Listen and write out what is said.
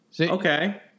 Okay